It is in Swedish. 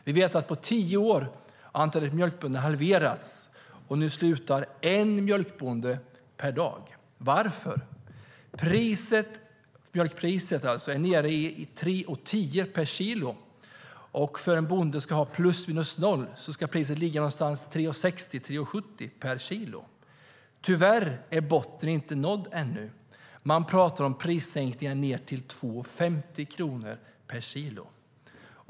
Vi vet att på tio år har antalet mjölkbönder halverats, och nu slutar en mjölkbonde per dag. Varför? Mjölkpriset är nere i 3,10 per kilo. För att en bonde ska ha plus minus noll ska priset ligga någonstans vid 3,60-3,70 per kilo. Tyvärr är botten inte nådd ännu. Man pratar om prissänkningar ned till 2,50 kronor per kilo.